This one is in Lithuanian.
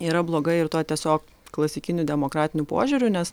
yra blogai ir tuo tiesiog klasikiniu demokratiniu požiūriu nes